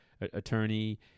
attorney